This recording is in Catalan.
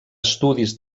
estudis